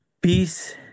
peace